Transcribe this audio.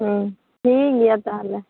ᱴᱷᱤᱠ ᱜᱮᱭᱟ ᱛᱟᱦᱚᱞᱮ